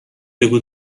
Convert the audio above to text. بگو